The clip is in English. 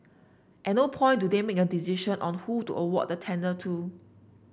at no point do they make a decision on who to award the tender to